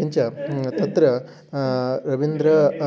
किञ्च अत्र रविन्द्रः